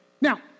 Now